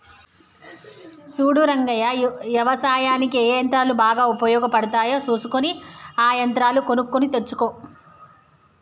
సూడు రంగయ్య యవసాయనిక్ ఏ యంత్రాలు బాగా ఉపయోగపడుతాయో సూసుకొని ఆ యంత్రాలు కొనుక్కొని తెచ్చుకో